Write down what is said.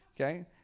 Okay